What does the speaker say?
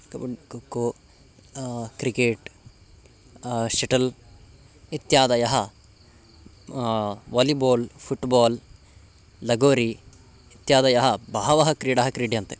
kabaddi kho kho cricket shuttle इत्यादयः volleyball football lagori इत्यादयः बहवः क्रीडाः क्रीड्यन्ते